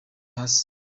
hasi